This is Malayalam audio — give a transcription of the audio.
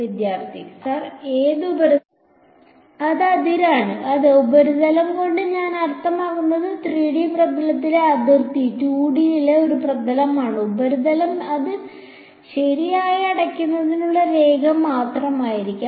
വിദ്യാർത്ഥി സർ ഏത് ഉപരിതലമാണ് അത് അതിരാണ് അതെ ഉപരിതലം കൊണ്ട് ഞാൻ അർത്ഥമാക്കുന്നത് 3D പ്രതലത്തിലെ അതിർത്തി 2Dയിലെ ഒരു പ്രതലമാണ് ഉപരിതലം അത് ശരിയായി അടയ്ക്കുന്നതിനുള്ള രേഖ മാത്രമായിരിക്കും